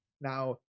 now